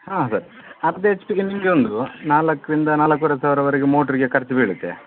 ಹಾಂ ಸರ್ ಅರ್ಧ ಎಚ್ ಪಿಗೆ ನಿಮಗೆ ಒಂದು ನಾಲ್ಕರಿಂದ ನಾಲ್ಕುವರೆ ಸಾವಿರವರೆಗೆ ಮೋಟ್ರಿಗೆ ಖರ್ಚು ಬೀಳುತ್ತೆ